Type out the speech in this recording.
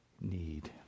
need